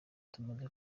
tumaze